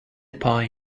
pie